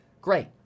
Great